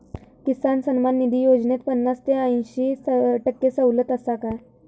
किसान सन्मान निधी योजनेत पन्नास ते अंयशी टक्के सवलत आसा काय?